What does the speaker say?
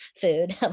food